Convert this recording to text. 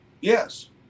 Yes